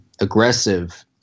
aggressive